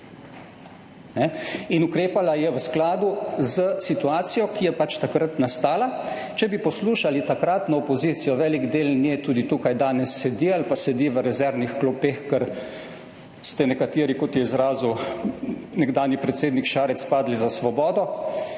In ukrepala je v skladu s situacijo, ki je pač takrat nastala. Če bi poslušali takratno opozicijo, velik del nje tudi tukaj danes sedi ali pa sedi v rezervnih klopeh, ker ste nekateri, kot se je izrazil nekdanji predsednik Šarec, padli za svobodo,